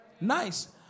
Nice